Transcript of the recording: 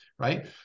right